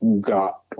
got